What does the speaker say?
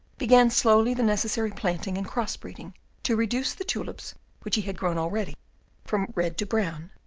began slowly the necessary planting and cross-breeding to reduce the tulips which he had grown already from red to brown,